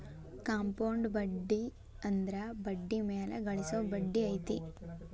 compound ಬಡ್ಡಿ ಅಂದ್ರ ಬಡ್ಡಿ ಮ್ಯಾಲೆ ಗಳಿಸೊ ಬಡ್ಡಿ ಐತಿ